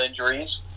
injuries